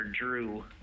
Drew